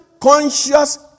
conscious